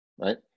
right